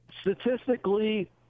Statistically